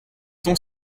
son